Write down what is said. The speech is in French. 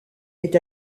est